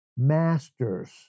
Masters